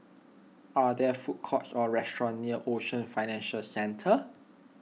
are there food courts or restaurants near Ocean Financial Centre